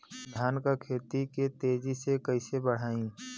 धान क खेती के तेजी से कइसे बढ़ाई?